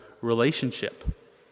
relationship